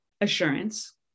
assurance